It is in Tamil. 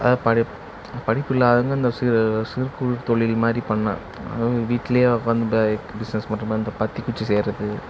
அதாவது பழைய படிப்பில்லாதவங்க இந்த சி சிறு குறு தொழில் மாதிரி பண்ணலாம் அதாவது வீட்லேயே ரன் பை பிசினஸ் பண்ணுற மாதிரி இந்த பத்திக் குச்சி செய்கிறது